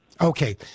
Okay